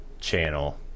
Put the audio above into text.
channel